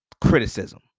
criticism